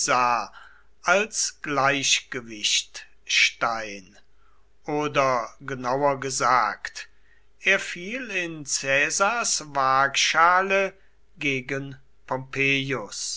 als gleichgewichtstein oder genauer gesagt er fiel in caesars waagschale gegen